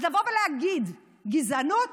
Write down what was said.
אז לבוא ולהגיד "גזענות"?